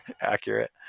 accurate